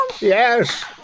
Yes